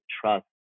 trust